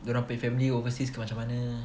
dorang punya families kat overseas macam mana